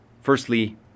Firstly